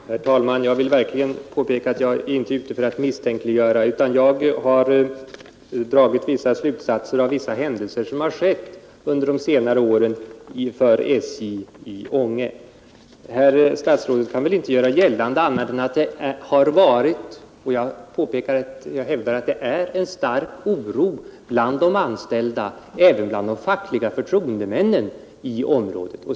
Herr talman! Jag vill verkligen påpeka att jag inte är ute för att misstänkliggöra; jag har dragit mina slutsatser av vissa händelser de senaste åren vid SJ i Ange. Herr statsrådet kan väl inte göra gällande annat än att det har varit en stark oro — jag hävdar att det fortfarande är det — bland de anställda liksom bland de fackliga förtroendemännen i området.